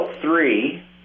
three